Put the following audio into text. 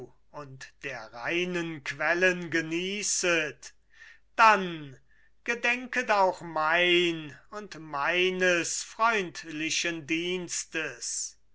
und der reinen quellen genießet dann gedenket auch mein und meines freundlichen dienstes